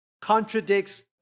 contradicts